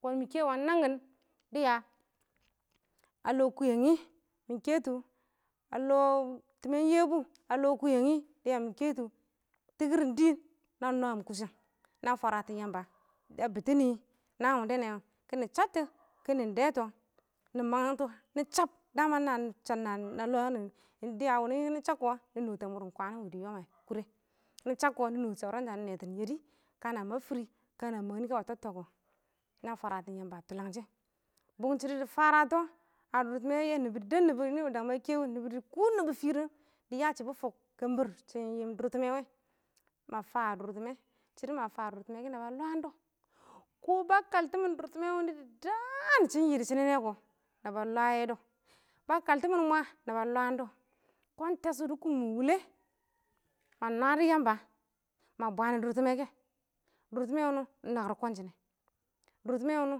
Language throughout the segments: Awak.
Kɔn mɪ kɛ wangɪn ɪng nangɪn dɪya a lɔ kʊyɛngɪ, mɪ kɛ tʊ a lɔ tɪmɛn Yebu,a lɔ kʊyɛngɪ, mɪ kɛ tʊ,tikir ɪng dɪɪn na nwaam kʊshɛm na fwaratɪn Yamba a bɪtɪnɪ naan wɪndɛ nɛ wɔ, nɪ shattɔ kɪnɪ dɛtɔ, kɪnɪ mangangtɔ nɪ chab damman cha-chan na lwanɪ dʊ, wɪnɪ dɪya ka nɪ chab kɔ nɪ nɔtɪn a mʊrɪn kwanɔ wɪ dɪ yɔɔm a kʊra, kɪnɪ cham kɔ kɔ nɪ nɪ nɛtɪn yɛdɪ, kana mab fɪrɪ, kana tɔbtɔ kɔ, na fwaratɪn Yamba tʊlang shɪn bʊng shɪdɔ a dʊrtɪmɛ yɛ nɪbɔ deb nɪbɔ naan wɪ dang ma kɛ wɪ, yɛ nɪbɔ kʊ nɪbɔ firim dɪ ya shɪbbɪ fʊk kəmbir, shɪnɪn yɪɪm dʊrtɪmɛ wɛ ma fan a dʊr tɪmɛ, shɪdɔ ma fa a dʊrtɪmɛ kɛ naba lwaan dɔ. kɔn ba kaltɪmɪn shɪnɪn dʊrtɪmɛ, wɪ nɪ dɪ daan shɪn yɪ dɪ shɪnɪ nɛ kɔ, naba lwaa yɛ dɔ, ba kaltɪmɪn mwa, naba lwaan dɔ, kɔn ɪng tɛshɔ dɪ kung mɪn wulə nama nwaa dɔ Yamba ma bwaan dʊrtɪmɛ kɛ, dʊrtɪmɛ wʊni ɪng nakɪr kwanshɪ nɛ, dʊrtɪmɛ wʊnɪ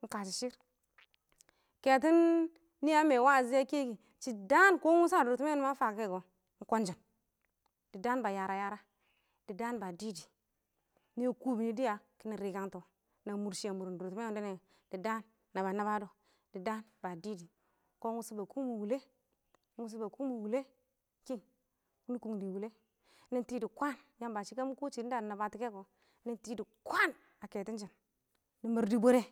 ɪng kashɔ shɪrr, kɛtɔn nɪ a a kɛ kɪ, shɪ daan kɔ ɪng wʊshɔ ma kɔ a dʊrtɪmɛ wʊnɪ ma fakɛ kɔ ɪng kwanshɪn dɪ daan ba yara yara, dɪ daan ba dɪdɪ, nɛ kubini dɪya kɪnɪ rɪkangtɔ yɛ mʊr shɪ a mʊrɪn dʊrtɪmɛ wɪ nɪ nɛ wɛ dɪ daan naba nabba dɔ, dɪ daan ba dɪdɪ kɔn wʊshɔ ba kʊng mɪn wulə kɪ ,nɪ kʊng dɪ wulə nɪ tɪ dɪ kwaan Yamba shɪ ka mɪ kɔ shɪdɔn da wɪ da dɪ nabba tɔ kɛ kɔ nɪ tɪ kwaan, nɪ mɛr dɪ bwɛrɛ.